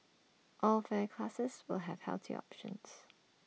all fare classes will have healthier options